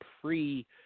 pre